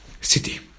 city